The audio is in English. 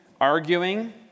arguing